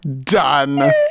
done